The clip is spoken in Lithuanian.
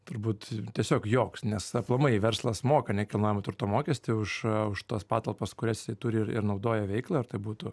turbūt tiesiog joks nes aplamai verslas moka nekilnojamo turto mokestį už už tas patalpas kurias jie turi ir ir naudoja veiklai ar tai būtų